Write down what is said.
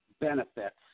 benefits